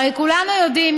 הרי כולנו יודעים,